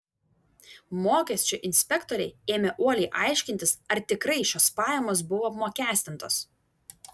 mokesčių inspektoriai ėmė uoliai aiškintis ar tikrai šios pajamos buvo apmokestintos